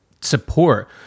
support